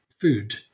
food